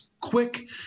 quick